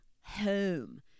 home